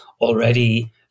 already